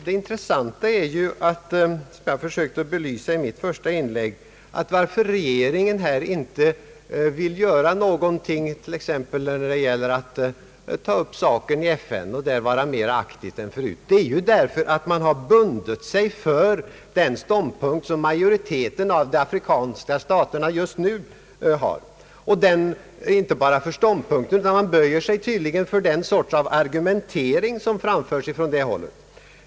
Det intressanta är — som jag försökte belysa i mitt första inlägg — att regeringen inte vill göra mer, t.ex. ta upp saken i FN och där vara mera aktiv än förut, därför att man har bundit sig för den ståndpunkt som majoriteten av de afrikanska staterna just nu har. Regeringen böjer sig tydligen också för den sorts argumentering som framförs från det hållet.